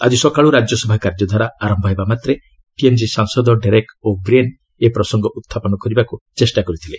ଆଜି ସକାଳ ରାଜ୍ୟସଭା କାର୍ଯ୍ୟଧାରା ଆରମ୍ଭ ହେବାମାତ୍ରେ ଟିଏମ୍ସି ସାଂସଦ ଡେରେକ ଓ 'ବ୍ରିଏନ୍ ଏ ପ୍ରସଙ୍ଗ ଉତ୍ଥାପନ କରିବାକୁ ଚେଷ୍ଟା କରିଥିଲେ